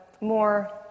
more